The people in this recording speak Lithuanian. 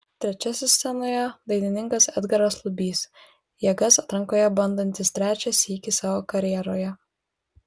trečiasis scenoje dainininkas edgaras lubys jėgas atrankoje bandantis trečią sykį savo karjeroje